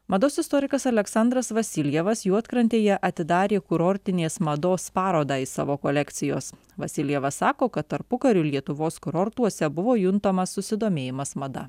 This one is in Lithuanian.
mados istorikas aleksandras vasiljevas juodkrantėje atidarė kurortinės mados parodą iš savo kolekcijos vasiljevas sako kad tarpukariu lietuvos kurortuose buvo juntamas susidomėjimas mada